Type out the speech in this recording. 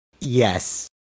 Yes